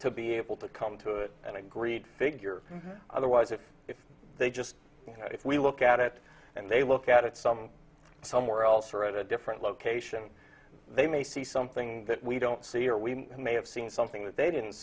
to be able to come to it and agreed figure otherwise if if they just you know if we look at it and they look at it something somewhere else or at a different location they may see something that we don't see or we may have seen something that they didn't